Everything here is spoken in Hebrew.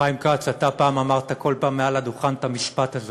חיים כץ, אתה אמרת כל פעם מעל הדוכן את המשפט הזה: